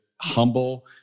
humble